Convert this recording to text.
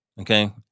okay